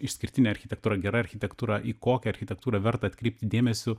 išskirtinė architektūra gera architektūra į kokią architektūrą verta atkreipti dėmesį